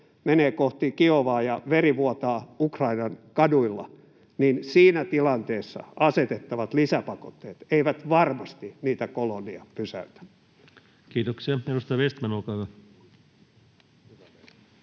menevät kohti Kiovaa ja veri vuotaa Ukrainan kaduilla, niin siinä tilanteessa asetettavat lisäpakotteet eivät varmasti niitä kolonnia pysäytä. Kiitoksia. — Edustaja Vestman, olkaa hyvä.